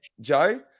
Joe